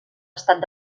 estat